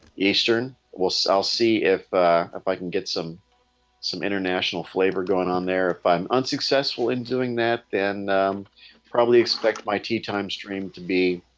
eastern well, so i'll see if if i can get some some international flavor going on there if i'm unsuccessful in doing that then probably expect my tee-time stream to be